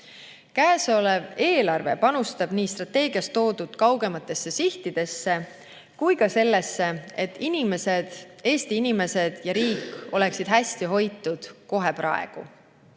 Käesolev eelarve panustab nii strateegias toodud kaugematesse sihtidesse kui ka sellesse, et Eesti inimesed ja riik oleksid hästi hoitud kohe praegu.